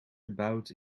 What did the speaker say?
gebouwd